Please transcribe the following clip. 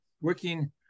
working